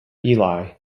eli